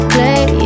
Play